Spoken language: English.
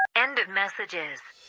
end of messages